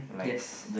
yes